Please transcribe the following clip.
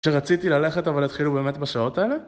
שרציתי ללכת, אבל התחילו באמת בשעות האלה?